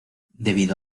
debido